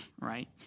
right